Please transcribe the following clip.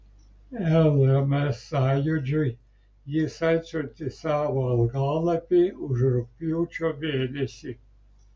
lms sąjūdžiui jis atsiuntė savo algalapį už rugpjūčio mėnesį